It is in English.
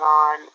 on